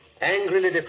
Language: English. angrily